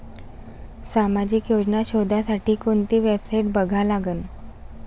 सामाजिक योजना शोधासाठी कोंती वेबसाईट बघा लागन?